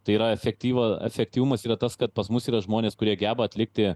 tai yra efektyva efektyvumas yra tas kad pas mus yra žmonės kurie geba atlikti